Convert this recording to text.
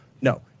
no